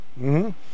-hmm